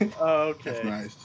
Okay